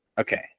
Okay